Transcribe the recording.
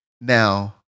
Now